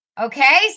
Okay